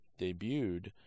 debuted